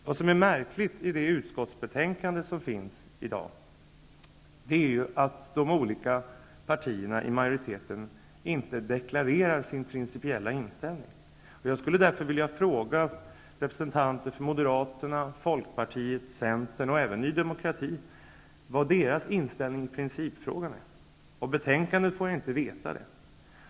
Vad som är märkligt i det utskottsbetänkande som finns i dag är att de olika partierna som ingår i majoriteten inte deklarerar sin principiella inställning. Jag skulle därför vilja fråga representanter för Moderaterna, Folkpartiet, Centern och även Ny demokrati vilken deras inställning i principfrågan är. Det framgår inte av betänkandet.